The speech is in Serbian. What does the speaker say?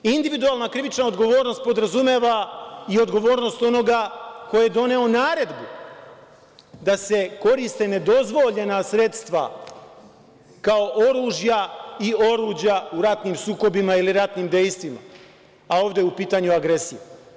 Individualna krivična odgovornost podrazumeva i odgovornost onoga ko je doneo naredbu da se koriste nedozvoljena sredstva kao oružja i oruđa u ratnim sukobima ili ratnim dejstvima, a ovde je u pitanju agresija.